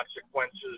consequences